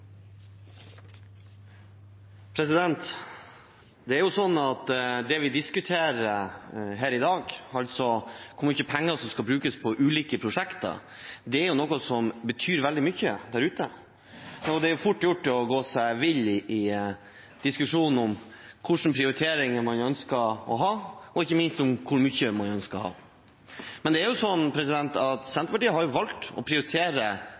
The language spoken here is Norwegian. Det vi diskuterer her i dag, om hvor mye penger som skal brukes på ulike prosjekter, er noe som betyr veldig mye der ute. Det er fort gjort å gå seg vill i diskusjonen om hva slags prioriteringer man ønsker å gjøre, og ikke minst om hvor mye man ønsker å gjøre. Senterpartiet har valgt å prioritere mer penger nettopp fordi infrastruktur er